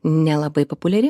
nelabai populiari